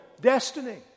destiny